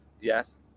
Yes